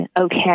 okay